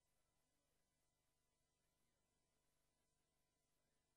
שהגיע וכיבד את הכנסת ואת ישראל.